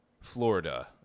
Florida